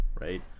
right